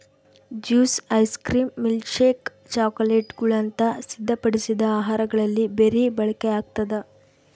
juice ice cream milkshake ಚಾಕೊಲೇಟ್ಗುಳಂತ ಸಿದ್ಧಪಡಿಸಿದ ಆಹಾರಗಳಲ್ಲಿ ಬೆರಿ ಬಳಕೆಯಾಗ್ತದ